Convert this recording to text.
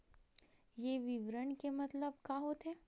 ये विवरण के मतलब का होथे?